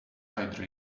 either